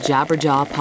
Jabberjaw